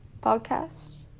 podcast